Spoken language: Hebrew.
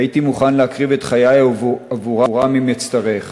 והייתי מוכן להקריב את חיי עבורם, אם אצטרך.